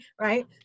right